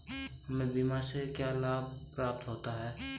हमें बीमा से क्या क्या लाभ प्राप्त होते हैं?